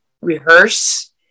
rehearse